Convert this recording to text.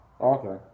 Okay